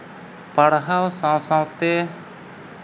ᱯᱟᱲᱦᱟᱣ ᱥᱟᱶ ᱥᱟᱶᱛᱮ